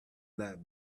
not